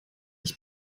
ich